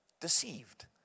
deceived